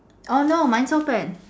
orh no mine's open